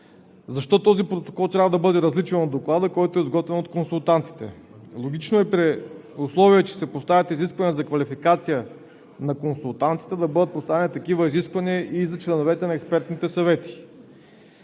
Защо този протокол трябва да бъде различен от доклада, който е изготвен от консултантите? Логично е, при условие че се поставят изисквания за квалификация на консултантите, да бъдат поставени такива изисквания и за членовете на експертните съвети.